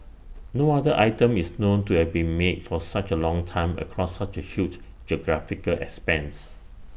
no other item is known to have been made for such A long time across such A huge geographical expanse